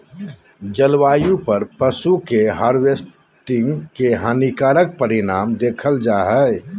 जलवायु पर पशु के हार्वेस्टिंग के हानिकारक परिणाम देखल जा हइ